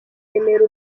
remera